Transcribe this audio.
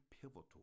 pivotal